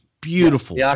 beautiful